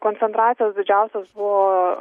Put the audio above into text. koncentracijos didžiausios buvo